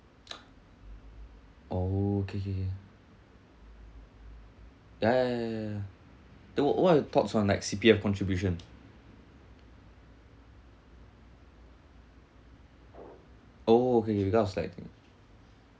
oh kay kay kay ya ya ya ya ya ya the what what're your thoughts on like C_P_F contribution oh okay